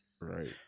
right